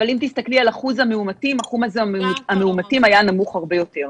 אבל אם תסתכלי על אחוז המאומתים אחוז המאומתים היה נמוך הרבה יותר.